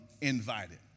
invited